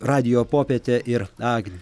radijo popietė ir agnė